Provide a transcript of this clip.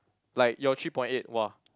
like your three point eight !wah!